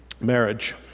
Marriage